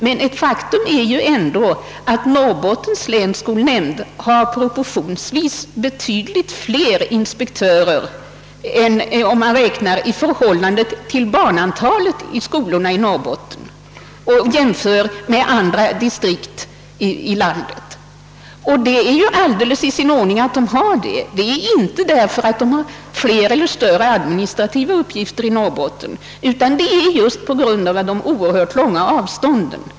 Men faktum är ändå att Norrbottens länsskolnämnd har proportionsvis betydligt fler inspektörer i förhållande till barnantalet i skolorna än andra distrikt i landet. Det är alldeles i sin ordning, inte därför att dessa inspektörer har fler eller större administrativa uppgifter utan på grund av de oerhört långa avstånden.